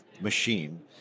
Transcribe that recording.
machine